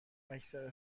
اکثر